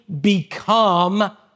become